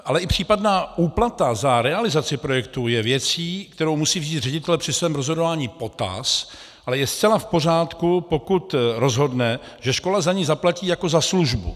Ale i případná úplata za realizaci projektu je věcí, kterou musí vzít ředitel při svém rozhodování v potaz, je ale zcela v pořádku, pokud rozhodne, že škola za něj zaplatí jako za službu.